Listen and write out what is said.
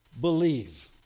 believe